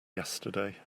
yesterday